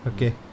Okay